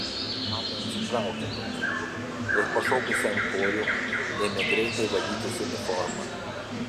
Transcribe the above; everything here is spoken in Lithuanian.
ada atsitraukė nuo džeko ir pašokusi ant kojų ėmė greitai valytis uniformą